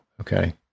Okay